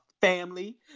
Family